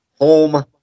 Home